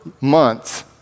months